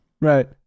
Right